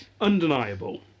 undeniable